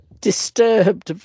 disturbed